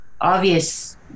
obvious